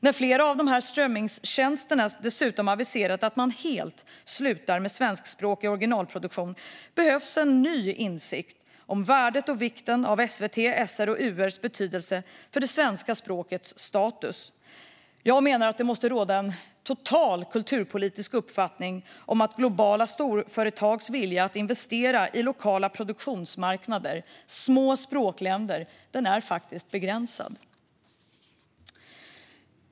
När flera av strömningstjänsterna dessutom aviserat att de helt slutar med svenskspråkig originalproduktion behövs en ny insikt om värdet och vikten av SVT:s, SR:s och UR:s betydelse för det svenska språkets status. Jag menar att det måste råda en total kulturpolitisk uppfattning om att globala storföretags vilja att investera i lokala produktionsmarknader och små språkländer faktiskt är begränsad.